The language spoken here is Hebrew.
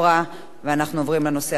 אנחנו עוברים לנושא הבא בסדר-היום,